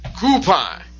Coupon